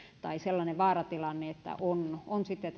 tai sellainen vaaratilanne että on on sitten